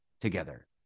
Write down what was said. together